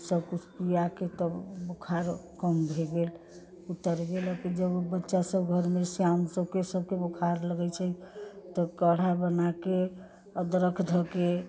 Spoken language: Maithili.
सब किछु पिआके तब बोखार कम भऽ गेल उतरि गेल जब बच्चा सब घरमे सयान सबके सबके बोखार लगै छै तब काढ़ा बनाके अदरक धऽ के